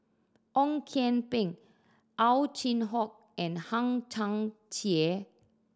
Ong Kian Peng Ow Chin Hock and Hang Chang Chieh